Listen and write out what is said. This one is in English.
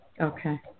Okay